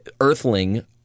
earthling